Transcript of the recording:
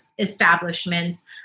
establishments